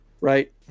right